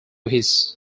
his